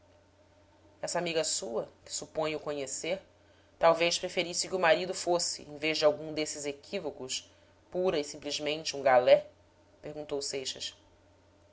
essa amiga sua que suponho conhecer talvez preferisse que o marido fosse em vez de algum desses equívocos pura e simplesmente um galé perguntou seixas